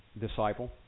disciple